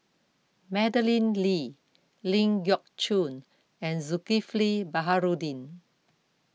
Madeleine Lee Ling Geok Choon and Zulkifli Baharudin